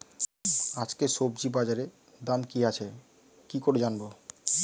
আজকে সবজি বাজারে দাম কি আছে কি করে জানবো?